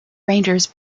rangers